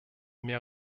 mehr